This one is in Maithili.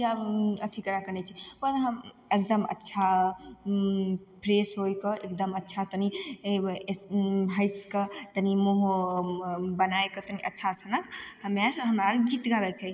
या अथी करयके नहि छै पर हम एकदम अच्छा फ्रेश होइ कऽ एकदम अच्छा तनि हँसि कऽ तनि मूँह बना कऽ अच्छा सनहक हमे अर हमरा आर गीत गाबय छै